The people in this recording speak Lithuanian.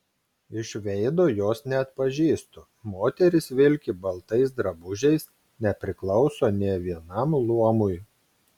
iš veido jos neatpažįstu moteris vilki baltais drabužiais nepriklauso nė vienam luomui